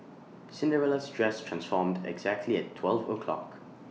Cinderella's dress transformed exactly at twelve o'clock